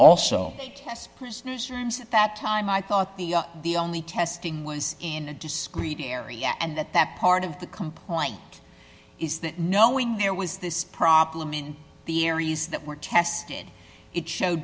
test prisoners rooms at that time i thought the the only testing was in a discrete area and that that part of the complaint is that knowing there was this problem in the areas that were tested it showed